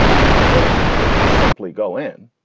he can't simply go in.